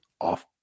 off